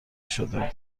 شده